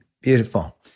Beautiful